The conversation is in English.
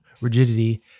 rigidity